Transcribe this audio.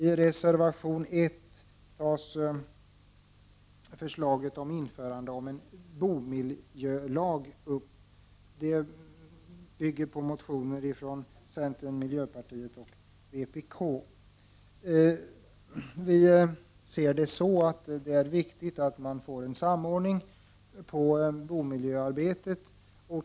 I reservation 1 tas förslaget om införande av en bomiljölag upp. Denna reservation bygger på motioner från centern, miljöpartiet och vpk. Vi anser att det är viktigt att det sker en samordning i fråga om bomiljöarbetet.